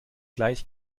gleich